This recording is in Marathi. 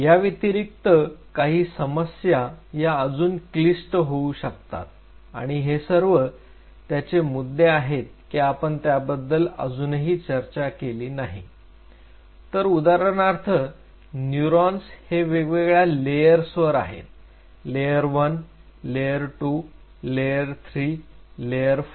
याव्यतिरिक्त काही समस्या या अजून क्लीष्ट होऊ शकतात आणि हे सर्व त्याचे मुद्दे आहेत की आपण त्याबद्दल अजूनही चर्चा केली नाही तर उदाहरणार्थ न्यूरॉन्स हे वेगवेगळ्या लेयर्स वर आहेत लेअर1 लेअर 2 लेअर 3 आणि लेअर 4